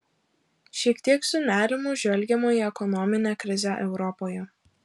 šiek tiek su nerimu žvelgiama į ekonominę krizę europoje